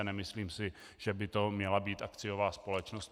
Nemyslím si, že by to měla být akciová společnost.